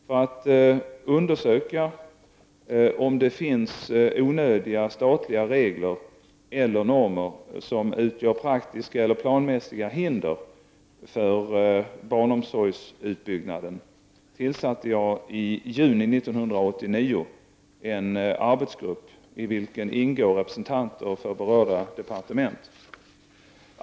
För att undersöka om det finns onödiga statliga regler eller normer som utgör praktiska eller planeringsmässiga hinder för barnomsorgsutbyggnaden tillsatte jag i juni 1989 en arbetsgrupp i vilken ingår representanter för berörda departement.